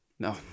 No